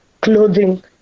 clothing